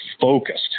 focused